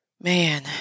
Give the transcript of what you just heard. man